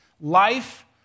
Life